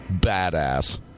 badass